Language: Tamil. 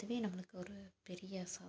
அதுவே நம்மளுக்கு ஒரு பெரிய சாதனை தான்